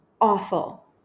awful